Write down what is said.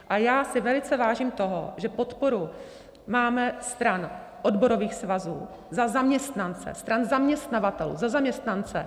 A já si velice vážím toho, že podporu máme stran odborových svazů za zaměstnance, stran zaměstnavatelů za zaměstnance.